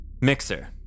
Mixer